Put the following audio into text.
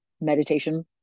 meditation